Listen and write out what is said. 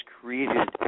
created